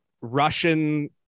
Russian